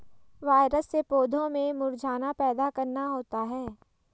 virus से पौधों में मुरझाना पैदा करना होता है